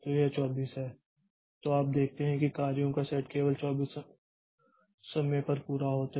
तो यह 24 है तो आप देखते हैं कि कार्यों का सेट केवल 24 समय पर पूरा होता है